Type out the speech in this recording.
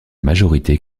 majorité